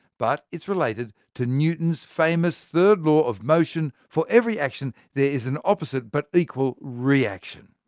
but it's related to newton's famous third law of motion for every action, there is an opposite but equal reaction.